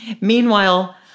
Meanwhile